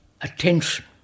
attention